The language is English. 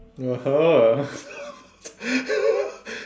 (uh huh)